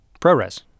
ProRes